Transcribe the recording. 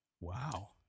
Wow